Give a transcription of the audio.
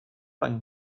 pani